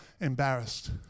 embarrassed